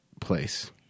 place